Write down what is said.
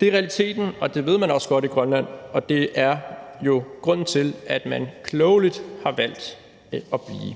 Det er realiteten, og det ved man også godt i Grønland, og det er jo grunden til, at man klogeligt har valgt at blive.